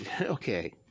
Okay